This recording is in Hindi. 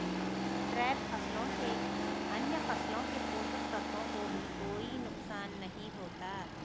ट्रैप फसलों से अन्य फसलों के पोषक तत्वों को भी कोई नुकसान नहीं होता